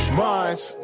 minds